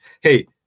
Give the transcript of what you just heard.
Hey